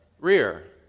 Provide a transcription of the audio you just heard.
rear